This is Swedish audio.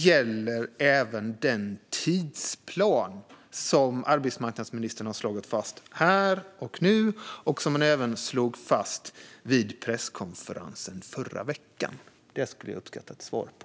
Gäller även den tidsplan som arbetsmarknadsministern har slagit fast här och nu, och som hon även slog fast vid presskonferensen förra veckan? Detta skulle jag uppskatta ett svar på.